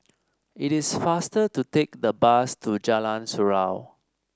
it is faster to take the bus to Jalan Surau